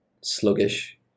sluggish